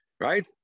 right